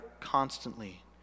constantly